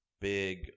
big